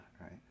right